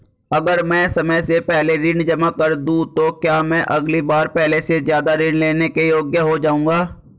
अगर मैं समय से पहले ऋण जमा कर दूं तो क्या मैं अगली बार पहले से ज़्यादा ऋण लेने के योग्य हो जाऊँगा?